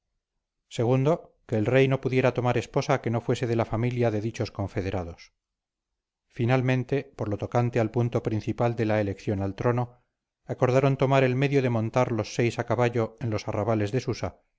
segundo que el rey no pudiera tomar esposa que no fuese de la familia de dichos confederados finalmente por lo tocante al punto principal de la elección al trono acordaron tomar el medio de montar los seis a caballo en los arrabales de susa